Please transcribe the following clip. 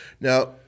now